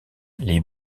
les